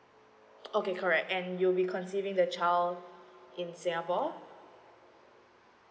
okay correct and you'll be conceiving the child in singapore